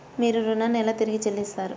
మీరు ఋణాన్ని ఎలా తిరిగి చెల్లిస్తారు?